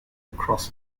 across